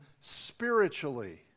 spiritually